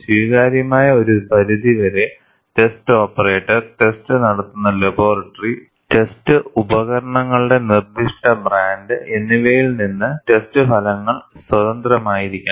സ്വീകാര്യമായ ഒരു പരിധിവരെ ടെസ്റ്റ് ഓപ്പറേറ്റർ ടെസ്റ്റ് നടത്തുന്ന ലബോറട്ടറി ടെസ്റ്റ് ഉപകരണങ്ങളുടെ നിർദ്ദിഷ്ട ബ്രാൻഡ് എന്നിവയിൽ നിന്ന് ടെസ്റ്റ് ഫലങ്ങൾ സ്വതന്ത്രമായിരിക്കണം